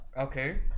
Okay